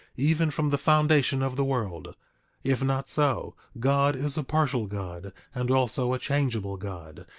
even from the foundation of the world if not so, god is a partial god, and also a changeable god,